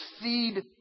seed